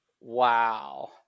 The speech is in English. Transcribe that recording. Wow